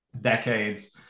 decades